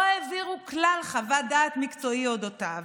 העבירו כלל חוות דעת מקצועית על אודותיו,